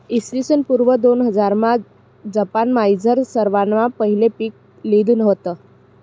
इसवीसन पूर्व दोनहजारमा जपानमझार सरवासमा पहिले पीक लिधं व्हतं